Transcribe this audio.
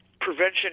prevention